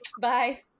bye